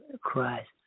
Christ